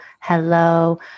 hello